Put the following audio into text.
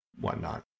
whatnot